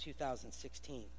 2016